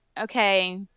Okay